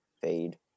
fade